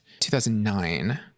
2009